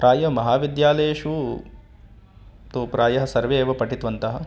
प्रायः महाविद्यालयेषु तु प्रायः सर्वे एव पठितवन्तः